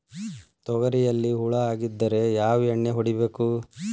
ತೊಗರಿಯಲ್ಲಿ ಹುಳ ಆಗಿದ್ದರೆ ಯಾವ ಎಣ್ಣೆ ಹೊಡಿಬೇಕು?